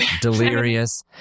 delirious